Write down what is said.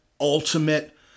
ultimate